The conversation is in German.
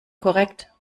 korrekt